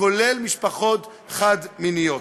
כולל משפחות חד-מיניות.